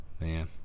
Man